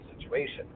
situation